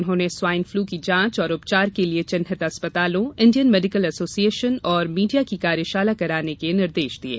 उन्होंने swine flu की जाँच और उपचार के लिये चिहिन्त अस्पतालों इण्डियन मेडिकल एसोसिएशन और मीडिया की कार्यशाला कराने के निर्देश दिये